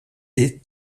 est